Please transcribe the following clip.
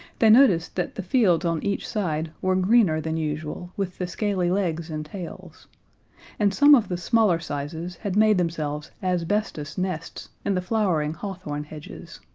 they noticed that the fields on each side were greener than usual with the scaly legs and tails and some of the smaller sizes had made themselves asbestos nests in the flowering hawthorn hedges.